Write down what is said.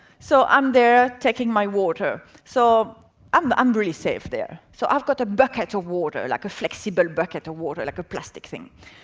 so i'm there, taking my water, so i'm i'm really safe there, so i've got a bucket of water, like a flexible bucket of water, like a plastic thing.